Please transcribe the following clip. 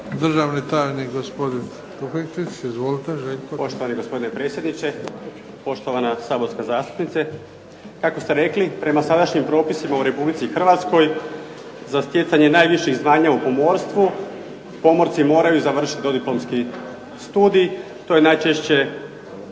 Državni tajnik, gospodin Tufekčić. Izvolite. **Tufekčić, Željko** Poštovani gospodine predsjedniče, poštovana saborska zastupnice. Kako ste rekli, prema sadašnjim propisima u Republici Hrvatskoj za stjecanje najviših zvanja u pomorstvu pomorci moraju završiti dodiplomski studij. To je najčešće